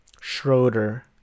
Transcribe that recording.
Schroeder